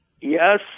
Yes